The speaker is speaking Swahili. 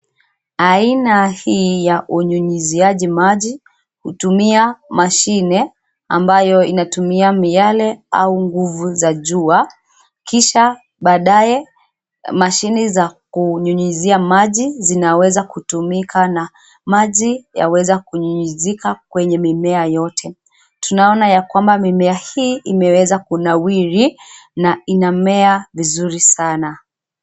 Aina hii ya unyunyiziaji maji hutumia mashine ambayo inatumia miale au nguvu za jua kisha baadaye, mashine za kunyunyizia maji zinaweza kutumika na maji yaweza kunyunyizika kwenye mimea yote. Tunaona ya kwamba mimea hii imeweza kunawiri na inamea vizuri sana.